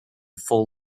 full